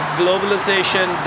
globalization